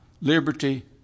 liberty